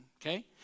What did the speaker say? Okay